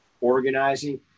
organizing